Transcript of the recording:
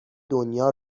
دنیا